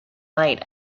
light